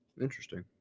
interesting